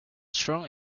strong